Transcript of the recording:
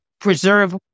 preserve